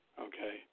Okay